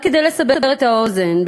רק כדי לסבר את האוזן,